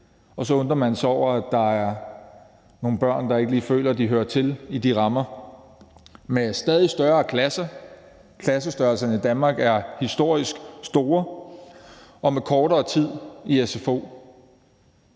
og så undrer man sig over, at der er nogle børn, der ikke lige føler, de hører til i de rammer; med stadig større klasser, klassestørrelserne i Danmark er historisk store; og med kortere tid i sfo.